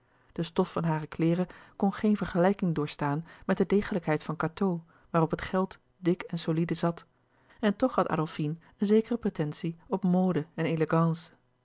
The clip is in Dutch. de stof van hare kleêren kon geene vergelijking doorstaan met louis couperus de boeken der kleine zielen de degelijkheid van cateau waarop het geld dik en solide zat en toch had adolfine een zekere pretentie op mode en elegance